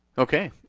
okay,